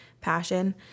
passion